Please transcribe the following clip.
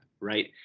Right